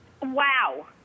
Wow